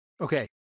Okay